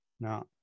Now